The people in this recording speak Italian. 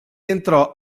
entrò